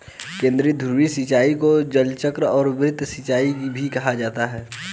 केंद्रधुरी सिंचाई को जलचक्र और वृत्त सिंचाई भी कहा जाता है